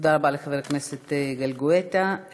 תודה רבה לחבר הכנסת יגאל גואטה.